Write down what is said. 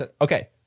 Okay